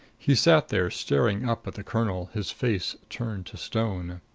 he sat there staring up at the colonel, his face turned to stone.